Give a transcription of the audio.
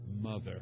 Mother